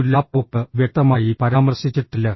ഒരു ലാപ്ടോപ്പ് വ്യക്തമായി പരാമർശിച്ചിട്ടില്ല